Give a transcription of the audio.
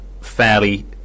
fairly